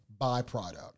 byproduct